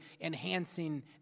enhancing